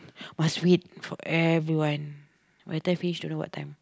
must wait for everyone by the time don't know what time